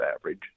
average